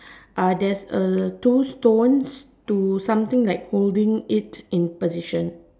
there's a two stones to something like holding it in position